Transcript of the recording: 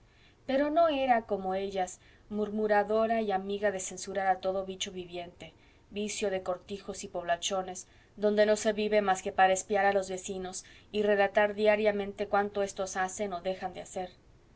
pero no era como ellas murmuradora y amiga de censurar a toda bicho viviente vicio de cortijos y poblachones donde no se vive más que para espiar a los vecinos y relatar diariamente cuanto éstos hacen o dejan de hacer